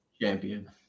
champion